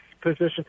position